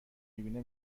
میبینه